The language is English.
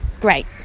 great